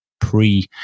pre